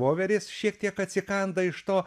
voverės šiek tiek atsikanda iš to